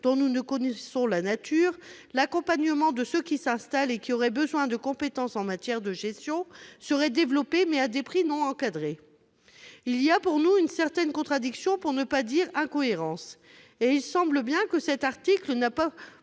dont nous ne connaissons pas la nature, « l'accompagnement de ceux qui s'installent et qui auraient besoin de compétences en matière de gestion » serait développé, mais à des prix non encadrés. Il y a là, selon nous, une certaine contradiction, pour ne pas dire incohérence. Et il semble bien que cet article n'a pour